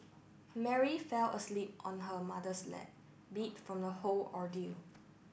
Mary fell asleep on her mother's lap beat from the whole ordeal